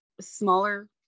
smaller